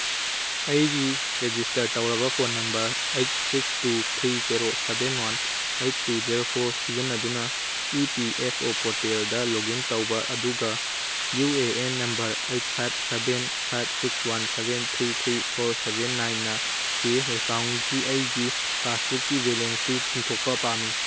ꯑꯩꯒꯤ ꯔꯦꯖꯤꯁꯇꯔ ꯇꯧꯔꯕ phone number eight six two three zero seven one eight two zero four ꯁꯤꯖꯤꯟꯅꯗꯨꯅ E P F O ꯄꯣꯔꯇꯦꯜꯗ log in ꯇꯧꯕ ꯑꯗꯨꯒ U A N number eight five seven five six one seven three three four seven ꯅꯥꯏꯟꯅ P F ꯑꯦꯀꯥꯎꯟꯀꯤ ꯑꯩꯒꯤ ꯄꯥꯁꯕꯨꯛꯀꯤ ꯕꯦꯂꯦꯟꯁꯇꯨ ꯆꯤꯡꯊꯣꯛꯄ ꯄꯥꯝꯃꯤ